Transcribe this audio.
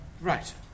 Right